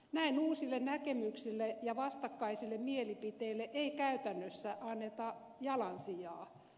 näin uusille näkemyksille ja vastakkaisille mielipiteille ei käytännössä anneta jalansijaa